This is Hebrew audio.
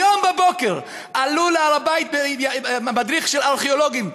היום בבוקר עלו להר-הבית מדריך של ארכיאולוגים,